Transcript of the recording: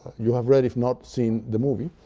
you have read, if not seen the movie,